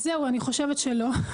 אז זהו, אני חושבת שלא.